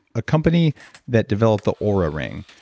a company that developed the ah oura ring.